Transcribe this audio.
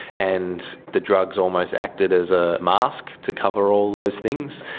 and the drugs almost acted as a mask to cover all those things.